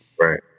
Right